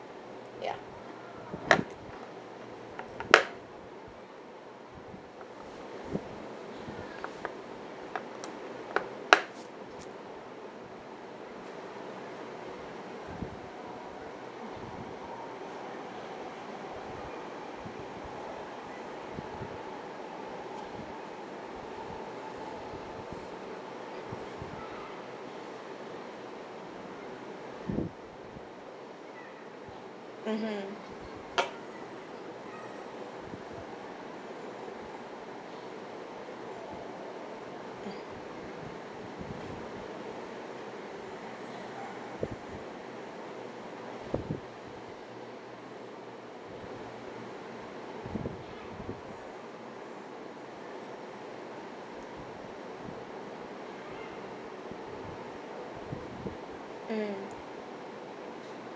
ya mmhmm mm